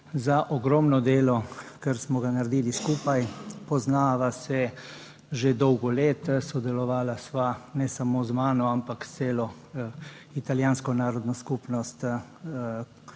za ogromno delo, kar smo ga naredili skupaj. Poznava se že dolgo let, sodelovala sva, ne samo z mano, ampak s celo italijansko narodno skupnostjo,